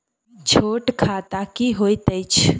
छोट खाता की होइत अछि